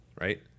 Right